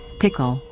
pickle